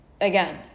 again